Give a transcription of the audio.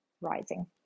Rising